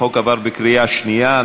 הצעת החוק עברה בקריאה שנייה.